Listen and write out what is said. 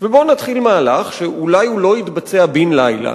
ובואו נתחיל מהלך, שאולי לא יתבצע בן לילה,